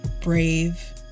brave